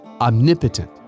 omnipotent